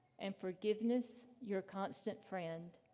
and forgiveness your constant friend.